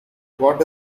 what